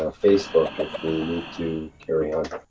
ah facebook, if we need to carry on.